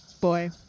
boy